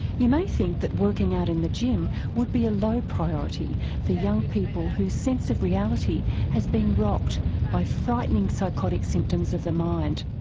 you may think that working out in the gym would be a low priority for young people whose sense of reality has been rocked by frightening psychotic symptoms of the mind.